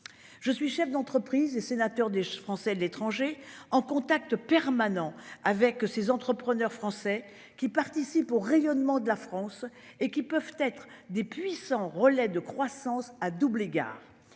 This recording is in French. Je suis chef d'entreprise et sénateur des Français de l'étranger en contact permanent avec ses entrepreneurs français qui participent au rayonnement de la France et qui peuvent être des puissants relais de croissance à double égard